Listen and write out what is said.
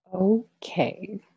Okay